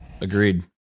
Agreed